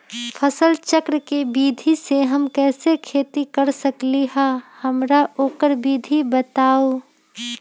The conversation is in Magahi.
फसल चक्र के विधि से हम कैसे खेती कर सकलि ह हमरा ओकर विधि बताउ?